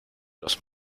los